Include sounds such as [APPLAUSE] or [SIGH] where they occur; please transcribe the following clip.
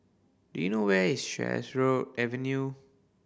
do you know where is Sheares [UNINTELLIGIBLE] Avenue